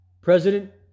President